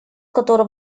который